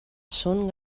són